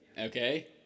okay